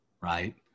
right